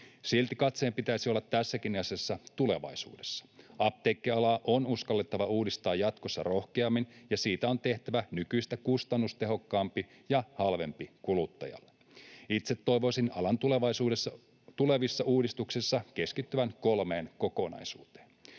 Silti katseen pitäisi olla tässäkin asiassa tulevaisuudessa. Apteekkialaa on uskallettava uudistaa jatkossa rohkeammin ja siitä on tehtävä nykyistä kustannustehokkaampi ja halvempi kuluttajalle. Itse toivoisin alan tulevissa uudistuksissa keskityttävän kolmeen kokonaisuuteen.